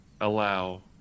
allow